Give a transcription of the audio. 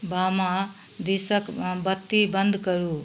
बामा दिसके बत्ती बन्द करू